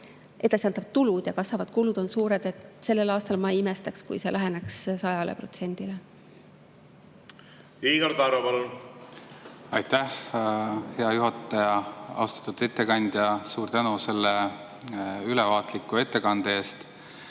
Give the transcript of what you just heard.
edasiantavad tulud ja kasvavad kulud suured. Sellel aastal ma ei imestaks, kui see läheneks 100%‑le. Igor Taro, palun! Aitäh, hea juhataja! Austatud ettekandja, suur tänu selle ülevaatliku ettekande eest!